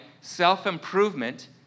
self-improvement